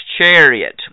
chariot